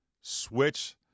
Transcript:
Switch